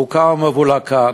בוקה ומבולקה.